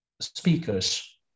speakers